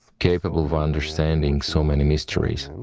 capable of understanding so many mysteries.